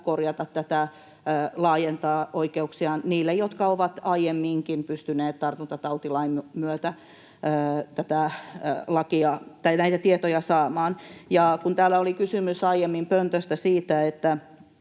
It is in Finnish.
korjata tätä, laajentaa oikeuksia niille, jotka ovat aiemminkin pystyneet tartuntatautilain myötä näitä tietoja saamaan. Kun täällä tuli aiemmin pöntöstä kysymys, että